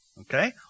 Okay